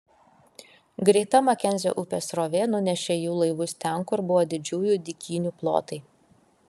greita makenzio upės srovė nunešė jų laivus ten kur buvo didžiųjų dykynių plotai